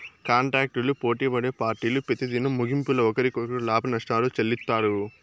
కాంటాక్టులు పోటిపడే పార్టీలు పెతిదినం ముగింపుల ఒకరికొకరు లాభనష్టాలు చెల్లిత్తారు